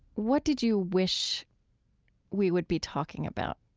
what did you wish we would be talking about?